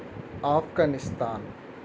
Afghanistan